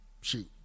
shoot